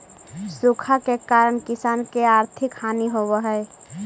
सूखा के कारण किसान के आर्थिक हानि होवऽ हइ